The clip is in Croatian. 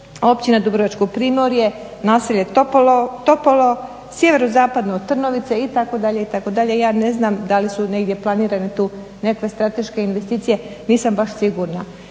Općina Dubrovačko primorje, naselje Topolo, sjeverozapadno od Trnovice itd., itd. ja ne znam da li su tu planirane neke strateške investicije. Nisam baš sigurna.